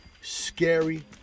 scary